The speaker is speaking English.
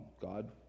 God